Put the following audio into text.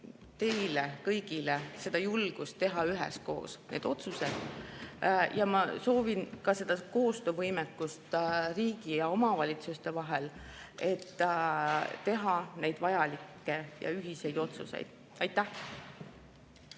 teile kõigile julgust teha üheskoos neid otsuseid ja ma soovin ka koostöövõimekust riigi ja omavalitsuste vahel, et teha vajalikke ja ühiseid otsuseid. Aitäh!